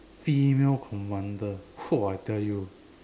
female commander !wah! I tell you